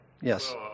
Yes